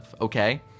okay